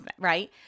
right